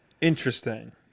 Interesting